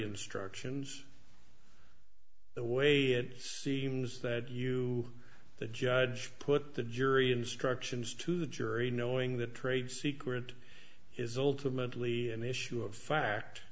instructions the way it seems that you the judge put the jury instructions to the jury knowing that trade secret is ultimately an issue of fact